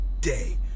day